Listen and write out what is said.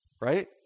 Right